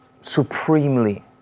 supremely